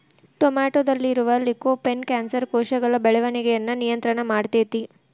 ಟೊಮೆಟೊದಲ್ಲಿರುವ lycopene cancer ಕೋಶಗಳ ಬೆಳವಣಿಗಯನ್ನ ನಿಯಂತ್ರಣ ಮಾಡ್ತೆತಿ